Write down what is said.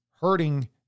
hurting